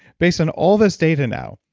based on all this data now,